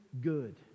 good